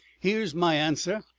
here's my answer!